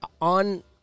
on